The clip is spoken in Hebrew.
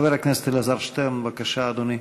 חבר הכנסת אלעזר שטרן, בבקשה, אדוני.